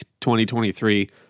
2023